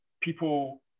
people